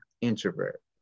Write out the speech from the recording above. introvert